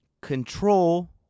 Control